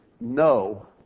no